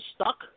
stuck